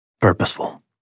Purposeful